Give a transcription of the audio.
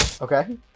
Okay